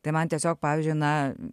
tai man tiesiog pavyzdžiui na